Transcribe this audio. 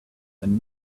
and